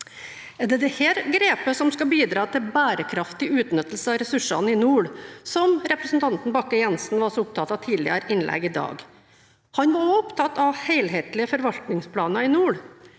Er det dette grepet som skal bidra til bærekraftig utnyttelse av ressursene i nord, som representanten Bakke-Jensen var så opptatt av i tidligere innlegg i dag? Han var også opptatt av helhetlige forvaltningsplaner i nord.